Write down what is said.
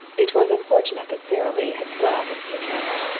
it was unfortunate that sara lee had smiled into the camera.